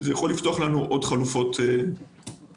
זה יכול לפתוח חלופות נוספות בעתיד.